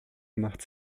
machte